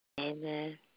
Amen